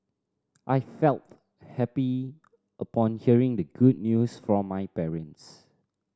I felt happy upon hearing the good news from my parents